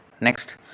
next